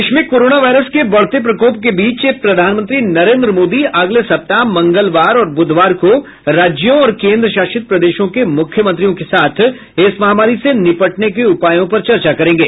देश में corona virus के बढते प्रकोप के बीच प्रधानमंत्री नरेन्द्र मोदी अगले सप्ताह मंगलवार और बुधवार को राज्यों और केन्द्र शासित प्रदेशों के मुख्यमंत्रियों के साथ इस महामारी से निपटने के उपायों पर चर्चा करेंगे